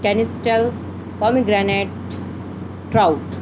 کیینسٹل پمی گریینٹ ٹراؤٹ